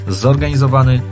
zorganizowany